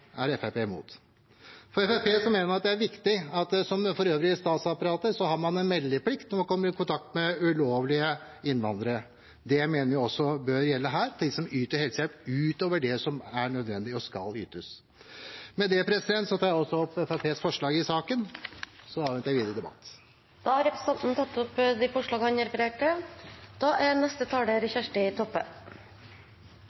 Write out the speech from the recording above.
er Fremskrittspartiet imot. Fremskrittspartiet mener det er viktig at man, som ellers i statsapparatet, har en meldeplikt når man kommer i kontakt med ulovlige innvandrere. Det mener vi også bør gjelde her for dem som yter helsehjelp utover det som er nødvendig, og som skal ytes. Med det tar jeg opp Fremskrittspartiets forslag i saken, og så avventer jeg videre debatt. Da har representanten Morten Stordalen tatt opp det forslaget han refererte til. Retten til helsehjelp er